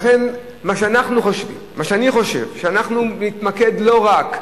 לכן אני חושב שאנחנו נתמקד לא רק,